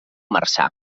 marçà